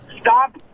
Stop